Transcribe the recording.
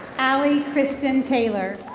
allie kristine taylor.